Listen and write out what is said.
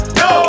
no